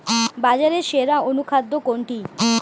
বাজারে সেরা অনুখাদ্য কোনটি?